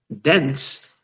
dense